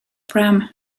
bram